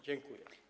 Dziękuję.